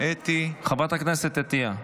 חברת הכנסת עטייה,